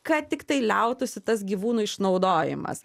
kad tiktai liautųsi tas gyvūnų išnaudojimas